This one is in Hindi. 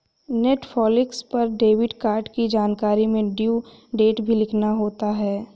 नेटफलिक्स पर डेबिट कार्ड की जानकारी में ड्यू डेट भी लिखना होता है